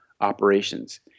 operations